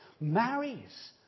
marries